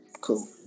Cool